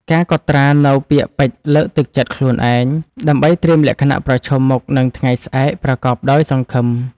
ការកត់ត្រានូវពាក្យពេចន៍លើកទឹកចិត្តខ្លួនឯង ដើម្បីត្រៀមលក្ខណៈប្រឈមមុខនឹងថ្ងៃស្អែកប្រកបដោយសង្ឃឹម។